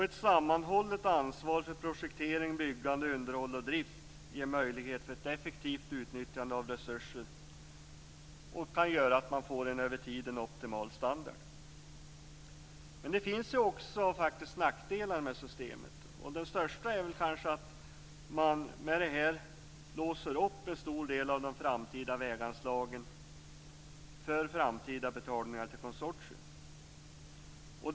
Ett sammanhållet ansvar för projektering, byggande, underhåll och drift ger möjlighet för ett effektivt utnyttjande av resurser och kan göra att man får en över tiden optimal standard. Men det finns naturligtvis också nackdelar med systemet. Den största är kanske att man med det här låser upp en stor del av de framtida väganslagen för betalningar till konsortierna.